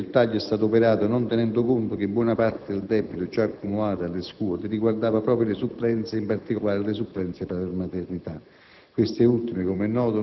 Quanto alle supplenze brevi, il taglio è stato operato non tenendo conto che buona parte del debito già accumulato dalle scuole riguardava proprio le supplenze e, in particolare, le supplenze per maternità.